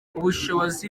ubushobozi